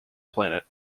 planet